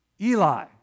Eli